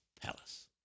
palace